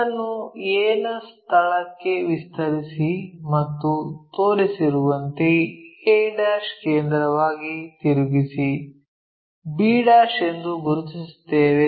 ಇದನ್ನು a ನ ಸ್ಥಳಕ್ಕೆ ವಿಸ್ತರಿಸಿ ಮತ್ತು ತೋರಿಸಿರುವಂತೆ a ಕೇಂದ್ರವಾಗಿ ತಿರುಗಿಸಿ b ಎಂದು ಗುರುತಿಸುತ್ತೇವೆ